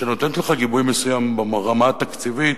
שנותנת לך גיבוי מסוים ברמה התקציבית,